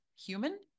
Human